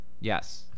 Yes